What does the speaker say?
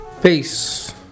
Peace